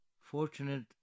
Fortunate